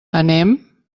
anem